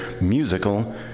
Musical